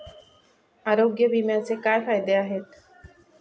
आरोग्य विम्याचे काय फायदे आहेत?